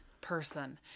person